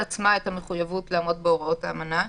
עצמה את המחויבות לעמוד בהוראות האמנה.